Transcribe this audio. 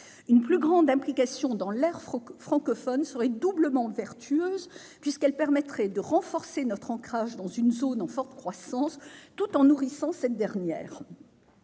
Une plus grande implication dans l'aire francophone serait doublement vertueuse, puisqu'elle permettrait de renforcer notre ancrage dans une zone en forte croissance tout en nourrissant cette dernière.